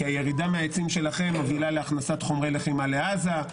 כי הירידה מהעצים שלכם מובילה להכנסת חומרי לחימה לעזה,